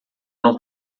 não